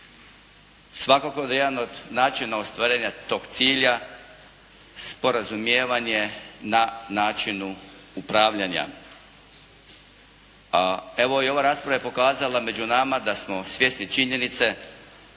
Svakako da je jedan od načina ostvarenja toga cilja sporazumijevanje na načinu upravljanja. A evo i ova rasprava je pokazala među nama da smo svjesni činjenice